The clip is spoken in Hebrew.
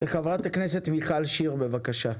חברת הכנסת מיכל שיר, בבקשה.